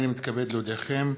הנני מתכבד להודיעכם,